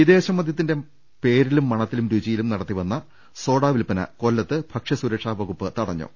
വിദേശ മദ്യത്തിന്റെ പേരിലും മണത്തിലും രുചിയിലും നടത്തിവന്ന സോഡ വിൽപ്പന കൊല്ലത്ത് ഭക്ഷ്യ സുരക്ഷാ വകുപ്പ് തടഞ്ഞു